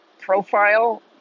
profile